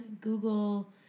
Google